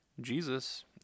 Jesus